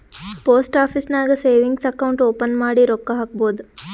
post office ನಾಗ್ savings account open ಮಾಡಿ ರೊಕ್ಕಾ ಹಾಕ್ಬೋದ್